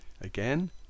again